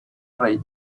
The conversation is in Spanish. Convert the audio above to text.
rey